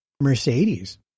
Mercedes